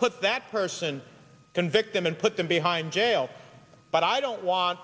put that person convict them and put them behind jail but i don't want